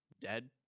dead